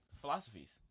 philosophies